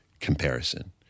comparison